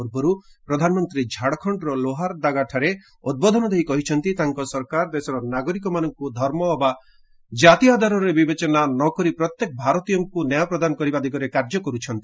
ପୂର୍ବରୁ ପ୍ରଧାନମନ୍ତ୍ରୀ ଝାଡଖଣର ଲୋହରଦାଗାଠାରେ ଉଦ୍ବୋଧନ ଦେଇ କହିଛନ୍ତି ତାଙ୍କ ସରକାର ଦେଶର ନାଗରିକମାନଙ୍କୁ ଧର୍ମ ଅବା କ୍ରାତି ଆଧାରରେ ବିବେଚନା ନ କରି ପ୍ରତ୍ୟେକ ଭାରତୀୟଙ୍କୁ ନ୍ୟାୟ ପ୍ରଦାନ ଦିଗରେ କାର୍ଯ୍ୟ କରିଛନ୍ତି